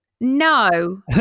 No